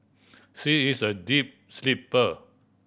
she is a deep sleeper